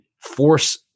force